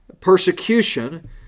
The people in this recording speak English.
persecution